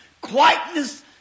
quietness